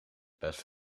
best